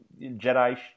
Jedi